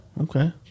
Okay